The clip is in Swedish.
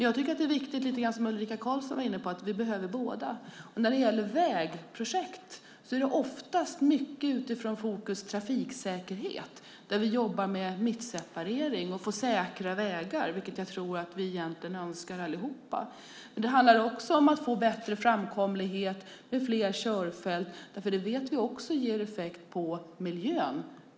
Jag tycker att det är viktigt, lite grann som Ulrika Karlsson var inne på, att säga att vi behöver båda. När det gäller vägprojekt är det oftast mycket fokus på trafiksäkerhet, där vi jobbar med mittseparering och med att få säkra vägar, vilket jag tror att vi allihop önskar. Det handlar också om att få bättre framkomlighet med fler körfält. Vi vet att det också ger positiva effekter på miljön.